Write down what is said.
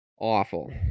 awful